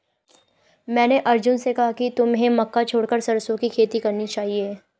मैंने अर्जुन से कहा कि तुम्हें मक्का छोड़कर सरसों की खेती करना चाहिए